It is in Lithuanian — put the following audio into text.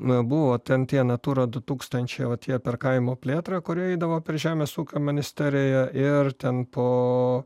na buvo ten tie natūra du tūkstančiai o tie per kaimo plėtrą kurie eidavo prie žemės ūkio ministeriją ir ten po